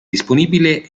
disponibile